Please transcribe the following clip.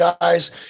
guys